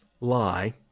lie